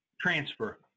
transfer